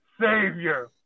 savior